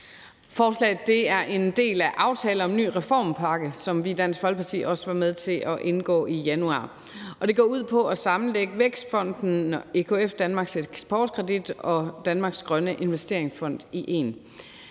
Forslaget er en del af aftale om en ny reformpakke, som vi i Dansk Folkeparti også var med til at indgå i januar, og det går ud på at sammenlægge Vækstfonden, EKF Danmarks Eksportkredit og Danmarks Grønne Investeringsfond i en.